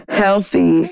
healthy